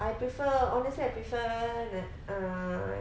I prefer honestly I prefer like uh